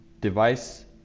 device